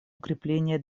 укрепления